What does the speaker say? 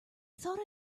thought